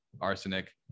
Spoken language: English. arsenic